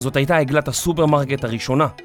זאת הייתה עגלת הסופרמרקט הראשונה